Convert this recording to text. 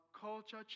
culture